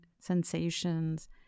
sensations